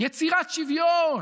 יצירת שוויון.